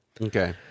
Okay